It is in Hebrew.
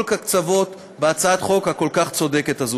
הקצוות בהצעת החוק הכל-כך צודקת הזאת.